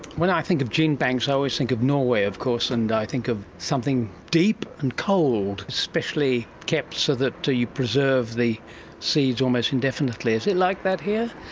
when i think of gene banks, i always think of norway of course, and i think of something deep and cold, especially kept so that you preserve the seeds almost indefinitely. is it like that here?